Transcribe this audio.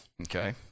okay